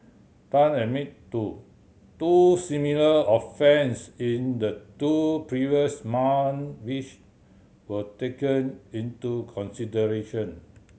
Tan admitted to two similar offence in the two previous months which were taken into consideration